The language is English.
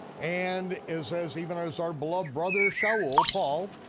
and it says even as our beloved brother shaul, paul,